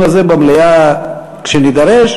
לכן אנחנו נצביע בצורה פרלמנטרית מתורבתת.